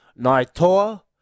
Naitoa